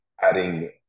adding